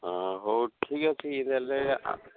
ହ ହଉ ଠିକ ଅଛି ତାହାଲେ